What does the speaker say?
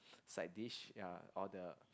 side dish ya or the